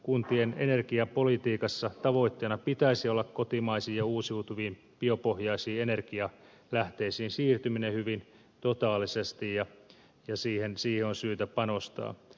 kuntien energiapolitiikassa tavoitteena pitäisi olla kotimaisiin ja uusiutuviin biopohjaisiin energialähteisiin siirtymisen hyvin totaalisesti ja siihen on syytä panostaa